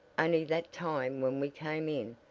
only that time when we came in,